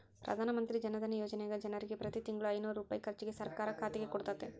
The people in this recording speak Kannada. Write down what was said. ಪ್ರಧಾನಮಂತ್ರಿ ಜನಧನ ಯೋಜನೆಗ ಜನರಿಗೆ ಪ್ರತಿ ತಿಂಗಳು ಐನೂರು ರೂಪಾಯಿ ಖರ್ಚಿಗೆ ಸರ್ಕಾರ ಖಾತೆಗೆ ಕೊಡುತ್ತತೆ